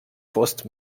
fost